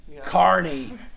Carney